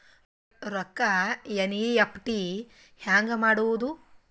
ರೊಕ್ಕ ಎನ್.ಇ.ಎಫ್.ಟಿ ಹ್ಯಾಂಗ್ ಮಾಡುವುದು?